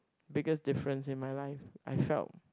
biggest difference in my life I felt